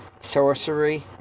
sorcery